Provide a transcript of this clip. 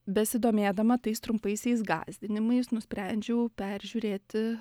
besidomėdama tais trumpaisiais gąsdinimais nusprendžiau peržiūrėti